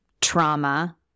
trauma